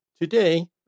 Today